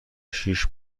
شیش